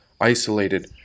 isolated